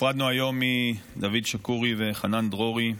נפרדנו היום מדוד שקורי וחנן דרורי,